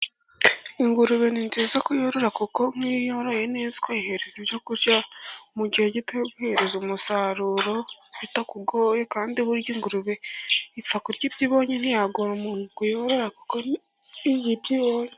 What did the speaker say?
Ingurube ni nziza kuyorora kuko nk'iyo uyoroye neza ukayihereza ibyo kurya, mu gihe gitoya iguhereza umusaruro bitakugoye. Kandi burya ingurube ipfa kurya ibyo ibonye, ntiyagora umuntu kuyorora kuko irya ibyo ibonye.